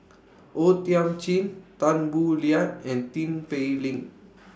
O Thiam Chin Tan Boo Liat and Tin Pei Ling